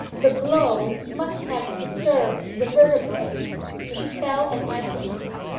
the blow must have disturbed the vertebrae she fell at my feet,